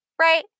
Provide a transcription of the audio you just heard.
right